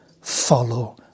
follow